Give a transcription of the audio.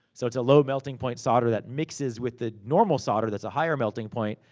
so, it's a low-melting point solder that mixes with the normal solder that's a higher melting point.